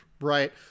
right